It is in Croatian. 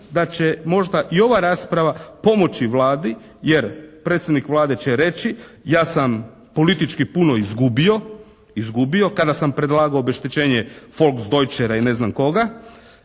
da će možda i ova rasprava pomoći Vladi. Jer predsjednik Vlade će reći: Ja sam politički puno izgubio kada sam predlagao obeštećenje «folks dojcera» i ne znam koga.